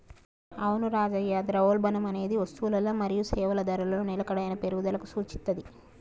అవును రాజయ్య ద్రవ్యోల్బణం అనేది వస్తువులల మరియు సేవల ధరలలో నిలకడైన పెరుగుదలకు సూచిత్తది